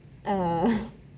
err